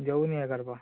घेऊन ये गरबा